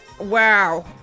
wow